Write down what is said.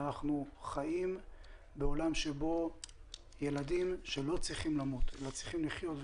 אנחנו חיים בעולם שבו ילדים שלא צריכים למות אלא צריכים לחיות,